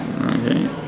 Okay